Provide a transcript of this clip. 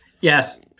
Yes